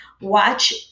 watch